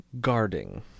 guarding